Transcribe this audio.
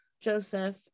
Joseph